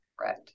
Right